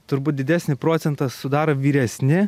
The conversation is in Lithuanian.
turbūt didesnį procentą sudaro vyresni